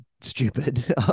stupid